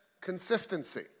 consistency